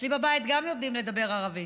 אצלי בבית גם יודעים לדבר ערבית,